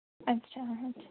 अच्छा अच्छा